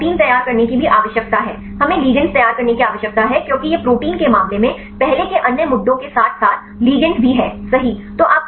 तो आपको प्रोटीन तैयार करने की भी आवश्यकता है हमें लिगैंड्स तैयार करने की आवश्यकता है क्योंकि यह प्रोटीन के मामले में पहले के अन्य मुद्दों के साथ साथ लिगैंड्स भी सही है